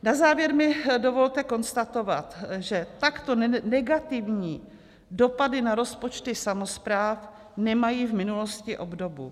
Na závěr mi dovolte konstatovat, že takto negativní dopady na rozpočty samospráv nemají v minulosti obdobu.